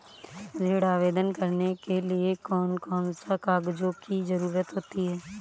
ऋण आवेदन करने के लिए कौन कौन से कागजों की जरूरत होती है?